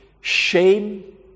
shame